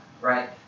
right